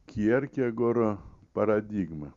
kjerkegoro paradigmą